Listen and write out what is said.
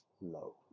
low